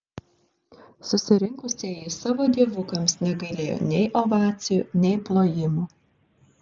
susirinkusieji savo dievukams negailėjo nei ovacijų nei plojimų